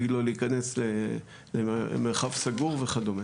יגידו לו להיכנס למרחב סגור וכו'.